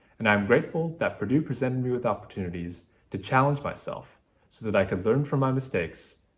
and i am grateful that purdue presented me with opportunities to challenge myself so that i could learn from my mistakes,